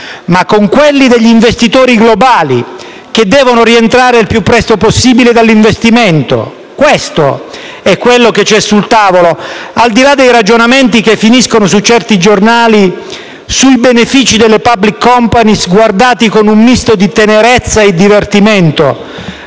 e i tempi degli investitori globali, che devono rientrare il prima possibile dall'investimento. Questo è quanto c'è sul tavolo, al di là dei ragionamenti riportati da certi giornali sui benefici delle *public company*, guardati con un misto di tenerezza e divertimento